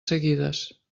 seguides